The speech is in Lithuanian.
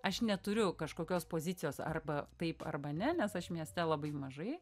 aš neturiu kažkokios pozicijos arba taip arba ne nes aš mieste labai mažai